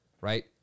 right